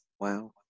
Wow